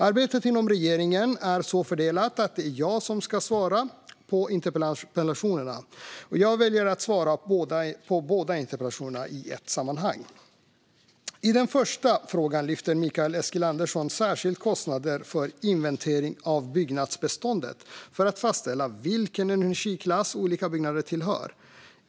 Arbetet inom regeringen är så fördelat att det är jag som ska svara på interpellationerna. Jag väljer att svara på båda interpellationer i ett sammanhang. I den första frågan lyfter Mikael Eskilandersson särskilt upp kostnader för inventering av byggnadsbeståndet för att fastställa vilken energiklass olika byggnader tillhör.